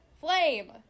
flame